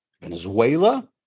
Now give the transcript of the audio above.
Venezuela